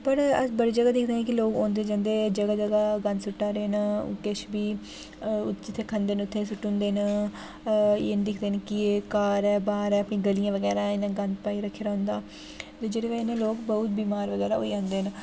पर अस बड़ी जगह् दिखदे आं की लोक औंदे जंदे जगह् जगह् गन्द सुट्टा दे न किश बी जि'त्थें खंदे न उ'त्थे सुट्टू दे न एह् निं दिखदे न कि एह् घर ऐ बाह्र ऐ अपनी गलियें बगैरा इ'नें गन्द पाइयै रखे दा होंदा ते जेह्दी बजह् नै लोक बहोत बीमार बगैरा होई जंदे न